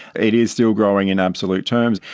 it is still growing in absolute terms.